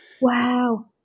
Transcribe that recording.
Wow